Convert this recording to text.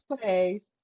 place